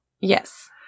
Yes